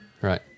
Right